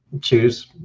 choose